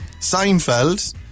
Seinfeld